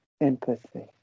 empathy